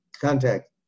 contact